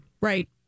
Right